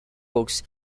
books